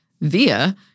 via